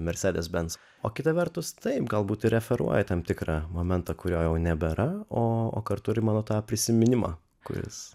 mercedes benz o kita vertus taip galbūt ir referuoja į tam tikrą momentą kurio jau nebėra o kartu ir į mano tą prisiminimą kuris